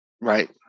Right